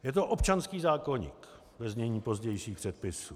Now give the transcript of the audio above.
Je to občanský zákoník, ve znění pozdějších předpisů.